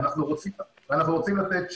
אנחנו רוצים לתת צ'אנס,